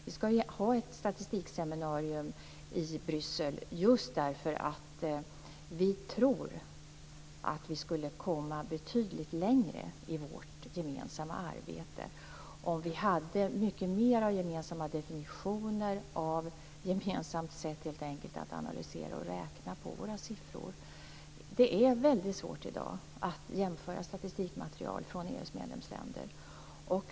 Vi ska ha ett statistikseminarium i Bryssel just för att vi tror att vi skulle komma betydligt längre i vårt gemensamma arbete om vi hade fler gemensamma definitioner och ett gemensamt sätt att analysera och räkna fram våra siffror. Det är i dag svårt att jämföra statistikmaterial från EU:s medlemsländer.